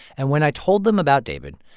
and when i told them about david,